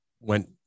went